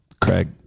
Craig